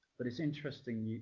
but it's interesting,